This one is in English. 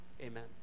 Amen